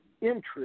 interest